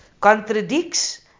contradicts